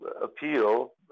appeal